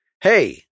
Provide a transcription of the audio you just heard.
hey